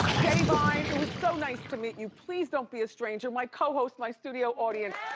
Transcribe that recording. da'vine, it was so nice to meet you. please don't be a stranger. my cohost, my studio audience.